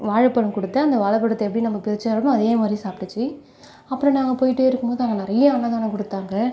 வாழைப்பழம் கொடுத்தேன் அந்த வாழைப்பழத்த எப்படி நம்ப பிரிச்சுத் தரோமோ அதே மாதிரி சாப்பிட்டுச்சு அப்புறம் நான் போய்கிட்டே இருக்கும்போது அங்கே நிறைய அன்னதானம் கொடுத்தாங்க